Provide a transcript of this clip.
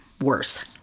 worse